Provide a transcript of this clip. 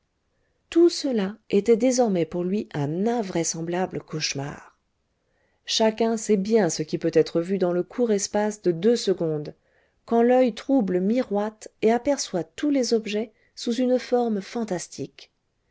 tout cela était désormais pour lui un invraisemblable cauchemar chacun sait bien ce qui peut être vu dans le court espace de deux secondes quand l'oeil troublé miroite et aperçoit tous les objets sous une forme fantastique